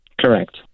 Correct